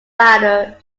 radar